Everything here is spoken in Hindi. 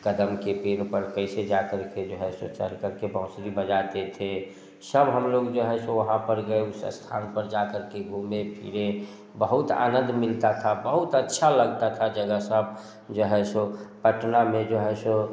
कदम के पेड़ पर कैसे जा कर के जो है सो चढ़ कर के बाँसुरी बजाते थे सब हम लोग जो है सो वहाँ पर गए उस स्थान पर जा कर के घूमे फिरे बहुत आनंद मिलता था बहुत अच्छा लगता था जगह सब जो है सो पटना में जो है सो